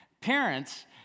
parents